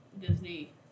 Disney